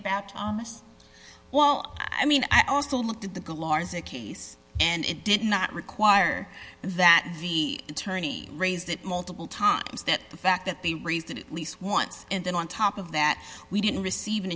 about thomas well i mean i also looked at the galarza case and it did not require that the attorney raised it multiple times that the fact that they raised it at least once and then on top of that we didn't receive an